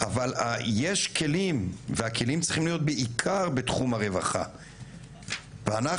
אבל יש כלים והכלים צריכים להיות בעיקר בתחום הרווחה ואנחנו